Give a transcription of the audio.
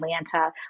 Atlanta